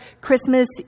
Christmas